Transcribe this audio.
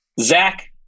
Zach